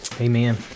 Amen